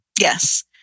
Yes